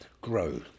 grow